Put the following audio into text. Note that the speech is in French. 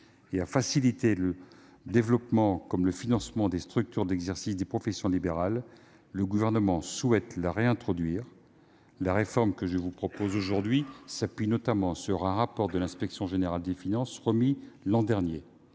et à faciliter le développement comme le financement des structures d'exercice des professions libérales, elle doit être, selon le Gouvernement, réintroduite dans le texte. La réforme que je vous propose aujourd'hui s'appuie notamment sur un rapport de l'inspection générale des finances, remis l'an dernier,